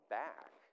back